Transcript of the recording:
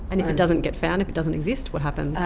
and if it doesn't get found, if it doesn't exist, what happens?